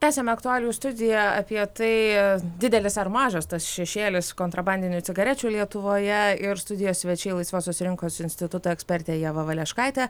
tęsiame aktualijų studiją apie tai didelis ar mažas tas šešėlis kontrabandinių cigarečių lietuvoje ir studijos svečiai laisvosios rinkos instituto ekspertė ieva valeškaitė